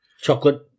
chocolate